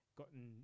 gotten